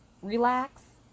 relax